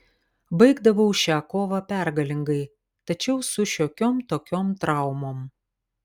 baigdavau šią kovą pergalingai tačiau su šiokiom tokiom traumom